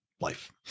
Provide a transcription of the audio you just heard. life